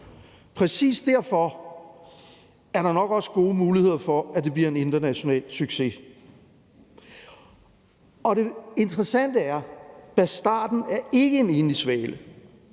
Præcis derfor er der nok også gode muligheder for, at det bliver en international succes. Det interessante er, at »Bastarden« ikke er en enlig svale.